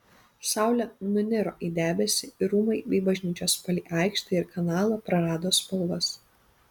saulė nuniro į debesį ir rūmai bei bažnyčios palei aikštę ir kanalą prarado spalvas